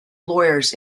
lawyers